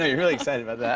ah really excited about